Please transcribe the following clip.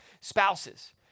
spouses